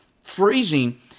freezing